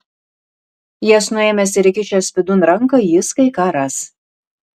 jas nuėmęs ir įkišęs vidun ranką jis kai ką ras